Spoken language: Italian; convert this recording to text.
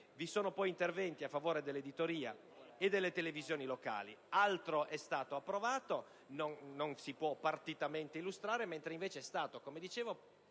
Vi sono poi interventi a favore dell'editoria e delle televisioni locali. Altro è stato approvato e non si può illustrare nello specifico, mentre è stato, come dicevo,